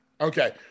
okay